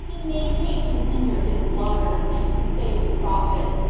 he made haste to hinder his slaughter, and to save the prophet